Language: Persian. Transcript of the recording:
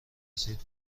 رسید